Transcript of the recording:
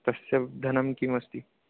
तस्य धनं किमस्ति